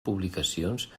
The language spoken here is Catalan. publicacions